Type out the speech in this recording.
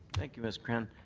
thank you, miss cran.